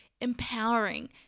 empowering